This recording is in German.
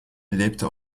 lebte